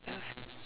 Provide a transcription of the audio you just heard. stuff